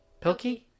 Pilkey